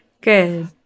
Good